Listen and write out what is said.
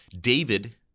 David